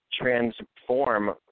transform